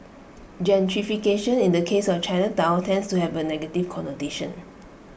gentrification in the case of Chinatown tends to have A negative connotation